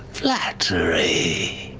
flattery, i